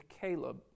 Caleb